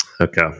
Okay